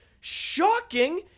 Shocking